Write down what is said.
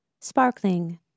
sparkling